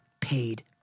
paid